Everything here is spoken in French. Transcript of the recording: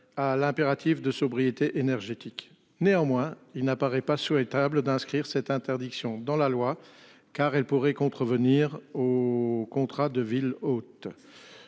à l'impératif de sobriété énergétique, néanmoins il n'apparaît pas souhaitable d'inscrire cette interdiction dans la loi car elles pourraient contrevenir au contrat de ville hôte.